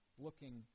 looking